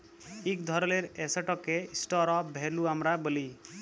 ইক ধরলের এসেটকে স্টর অফ ভ্যালু আমরা ব্যলি